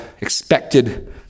expected